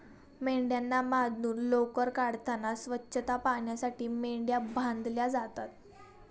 मेंढ्यांना बांधून लोकर काढताना स्वच्छता पाळण्यासाठी मेंढ्या बांधल्या जातात